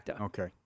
Okay